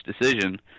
decision